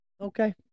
okay